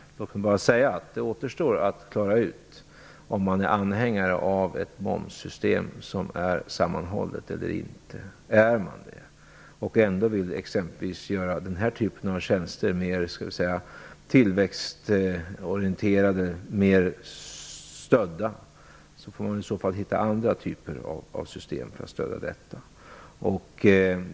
Låt mig bara säga att det återstår att klara ut om man är anhängare av ett sammanhållet momssystem eller inte. Är man det och ändå vill t.ex. ytterligare tillväxtorientera och stödja den här typen av tjänster, får man hitta andra typer av system för detta.